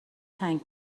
تنگ